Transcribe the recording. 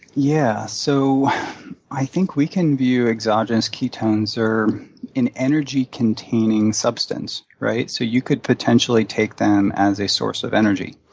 yeah. so i think we can view exogenous ketones are an energy-containing substance, right, so you could potentially take them as a source of energy.